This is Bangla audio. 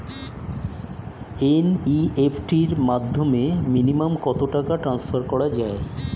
এন.ই.এফ.টি র মাধ্যমে মিনিমাম কত টাকা টান্সফার করা যায়?